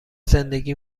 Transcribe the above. زندگی